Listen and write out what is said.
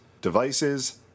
devices